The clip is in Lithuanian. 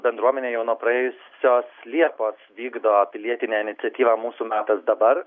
bendruomenė jau nuo praėjusios liepos vykdo pilietinę iniciatyvą mūsų metas dabar